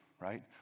right